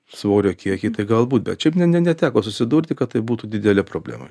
svorio kiekiai tai galbūt bet šiaip ne neteko susidurti kad tai būtų didelė problema